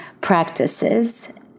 practices